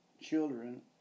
children